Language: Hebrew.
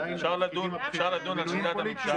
עדיין התפקידים הבכירים הם מינויים פוליטיים.